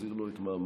נחזיר לו את מעמדו,